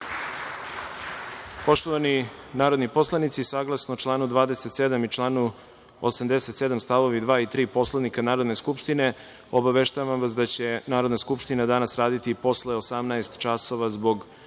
narodni poslanici, saglasno članu 27. i članu 87. stavovi 2. i 3. Poslovnika Narodne skupštine, obaveštavam vas da će Narodna skupština danas raditi posle 18,00 časova zbog